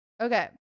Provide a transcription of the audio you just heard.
Okay